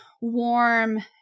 warm